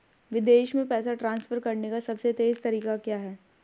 विदेश में पैसा ट्रांसफर करने का सबसे तेज़ तरीका क्या है?